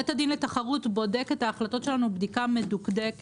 בית הדין לתחרות בודק את ההחלטות שלנו בדיקה מדוקדקת.